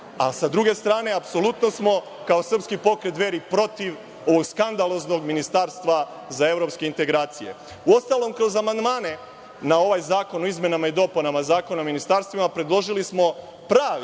druge strane apsolutno smo, kao Srpski pokret Dveri, protiv ovog skandaloznog ministarstva za evropske integracije. Uostalom, kroz amandmane na ovaj zakon o izmenama i dopunama Zakona o ministarstvima, predložili smo pravi